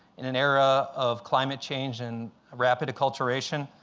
in an era of climate change and rapid acculturation,